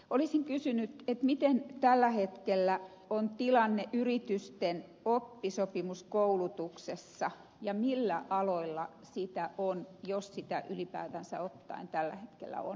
olisin kysynyt miten tällä hetkellä on tilanne yritysten oppisopimuskoulutuksessa ja millä aloilla sitä on jos sitä ylipäätäntä ottaen tällä hetkellä on